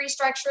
restructuring